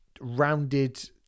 rounded